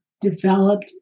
developed